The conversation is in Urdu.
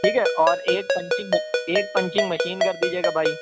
ٹھیک ہے اور ایک پنچنگ ایک پنچنگ مشین کر دیجے گا بھائی